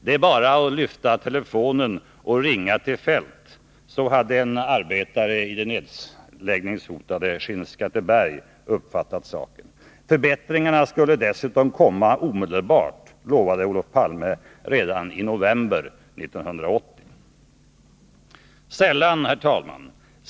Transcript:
Det är bara att lyfta telefonen och ringa till Feldt — så hade en arbetare i det nedläggningshotade Skinnskatteberg uppfattat saken. Förbättringarna skulle dessutom komma omedelbart, lovade Palme redan i november 1980.